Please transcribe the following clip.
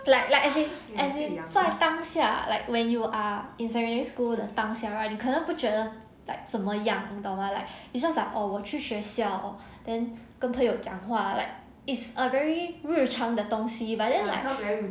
like like as in as in 在当下 like when you are in secondary school 的当下 right 你可能不觉得 like 怎么样你懂吗 just like oh 我去学校 or then 跟朋友讲话 like it's a very 日常的东西 but then like